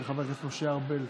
של חבר הכנסת משה ארבל,